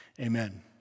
Amen